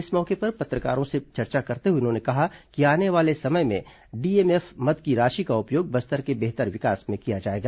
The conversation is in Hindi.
इस मौके पर पत्रकारों से चर्चा करते हुए उन्होंने कहा कि आने वाले समय में डीएमएफ मद की राशि का उपयोग बस्तर के बेहतर विकास में किया जाएगा